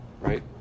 Right